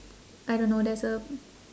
I don't know there's a